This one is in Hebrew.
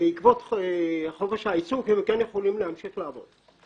שבעקבות חופש העיסוק הם כן יכולים להמשיך לעבוד.